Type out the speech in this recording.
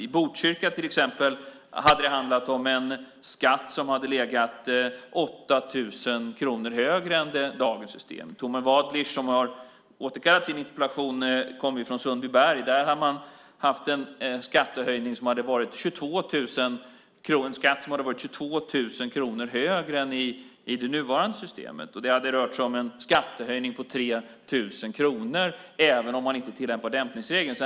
I Botkyrka hade det till exempel handlat om en skatt som hade legat 8 000 kronor högre än med dagens system. Tommy Waidelich, som har återkallat sin interpellation, kommer från Sundbyberg. Där hade man haft en skatt som hade varit 22 000 kronor högre än med det nuvarande systemet. Det hade rört sig om en skattehöjning på 3 000 kronor även om man tillämpat dämpningsregeln.